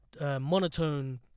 monotone